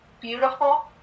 beautiful